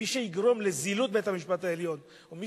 מי שיגרום לזילות בית-המשפט העליון ומי